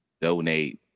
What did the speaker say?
donate